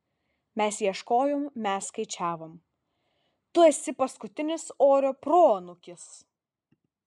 mes ieškojom mes skaičiavom tu esi paskutinis orio proanūkis